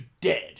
dead